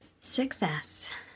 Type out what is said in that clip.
Success